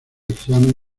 examen